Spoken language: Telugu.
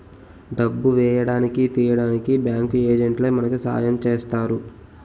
డబ్బు వేయడానికి తీయడానికి బ్యాంకు ఏజెంట్లే మనకి సాయం చేస్తారు